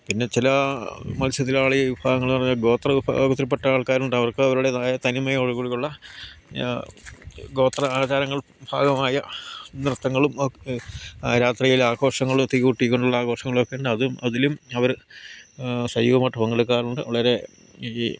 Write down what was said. പിന്നെ ചില മത്സ്യത്തിലാളി വിഭാഗങ്ങളെന്നു പറഞ്ഞാൽ ഗോത്ര വിഭാഗത്തിൽപ്പെട്ട ആൾക്കാരുണ്ട് അവർക്കവരുടേതായ തനിമയോടു കൂടിയുള്ള ഗോത്ര ആചാരങ്ങൾ ഭാഗമായ നൃത്തങ്ങളും രാത്രിയിൽ ആഘോഷങ്ങളും തീ കൂട്ടിക്കൊണ്ടുളള ആഘോഷങ്ങളൊക്കെ ഉണ്ട് അതും അതിലും അവർ സജീവമായിട്ട് പങ്കെടുക്കാറുണ്ട് വളരെ ഈ